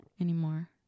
anymore